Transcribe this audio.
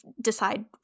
decide